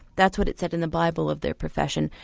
that's what it said in the bible of their profession,